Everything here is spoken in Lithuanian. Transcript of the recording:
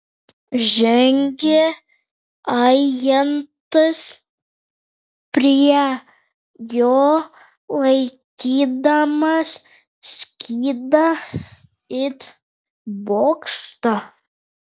žengė ajantas prie jo laikydamas skydą it bokštą